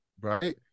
right